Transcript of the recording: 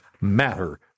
matter